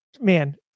man